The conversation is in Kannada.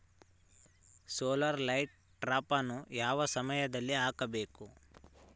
ಸೋಲಾರ್ ಲೈಟ್ ಟ್ರಾಪನ್ನು ಯಾವ ಸಮಯದಲ್ಲಿ ಹಾಕಬೇಕು?